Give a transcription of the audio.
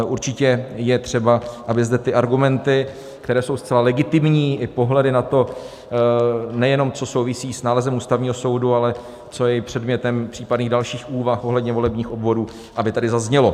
Určitě je třeba, aby ty argumenty, které jsou zcela legitimní, i pohledy na to, nejenom co souvisí s nálezem Ústavního soudu, ale co je i předmětem případných dalších úvah ohledně volebních obvodů, aby tady zazněly.